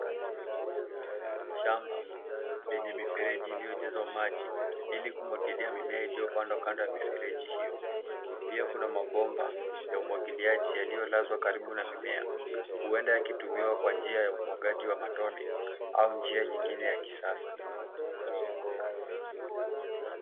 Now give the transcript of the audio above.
Shamba lenye mifereji iliyojazwa maji ili kumwagilia mimea iliyopandwa kando ya mifereji hio. Pia kuna mabomba ya umwagiliaji yaliyolazwa karibu na mimea huenda yakitumiwa kwa njia ya umwagiliaji matone au njia nyingine ya kisasa.